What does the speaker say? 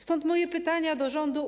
Stąd moje pytanie do rządu: